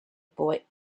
boy